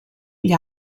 gli